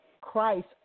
Christ